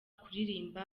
kuririmba